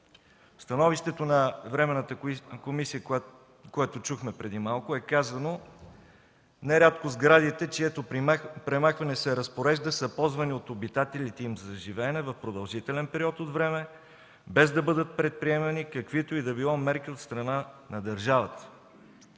становището на Временна комисия, което чухме преди малко, е казано: „Не рядко сградите, чието премахване се разпорежда, са ползвани от обитателите им за живеене в продължителен период от време, без да бъдат предприемани каквито и да било мерки от страна на държавата”.